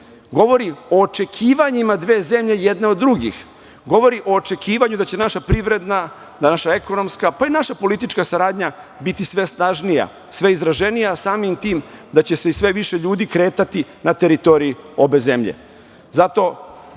Govori o očekivanjima dve zemlje, jedne od drugih, govori o očekivanju da će naša privredna, ekonomska, pa i politička saradnja biti sve snažnija, sve izraženija. Samim tim, da će se sve više ljudi kretati na teritoriji obe zemlje. Biću